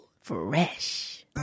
Fresh